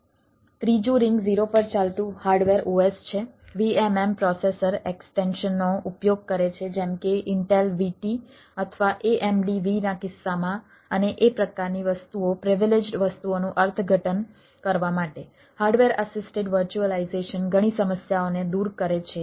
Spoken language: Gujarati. ત્રીજું રિંગ 0 પર ચાલતું હાર્ડવેર OS છે